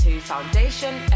foundation